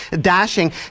dashing